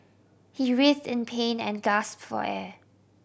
he writhe in pain and gasp for air